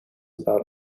about